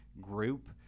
group